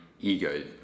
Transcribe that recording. ego